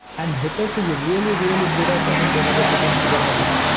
and vitess is ah really, really good at running databases on kubernetes,